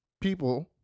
people